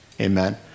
Amen